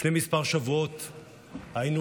לפני כמה שבועות היינו,